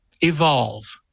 evolve